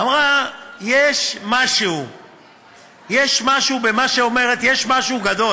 אמרה: יש משהו במה שאומרת, יש משהו גדול.